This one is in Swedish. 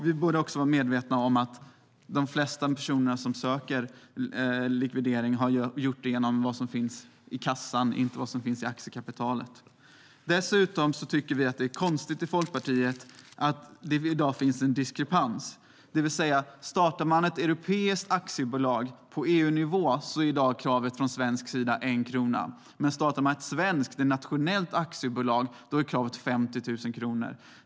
Vi bör också vara medvetna om att de flesta personer som sökt likvidering har gjort det utifrån det som finns i kassan, inte det som finns i aktiekapitalet. Folkpartiet tycker dessutom att det är konstigt att det i dag finns en diskrepans när det gäller aktiebolag. Startar man ett europeiskt aktiebolag på EU-nivå är kravet från svensk sida 1 krona. Men startar man ett svenskt, ett nationellt, aktiebolag är kravet 50 000 kronor.